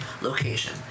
location